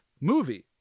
movie